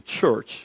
church